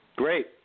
Great